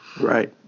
Right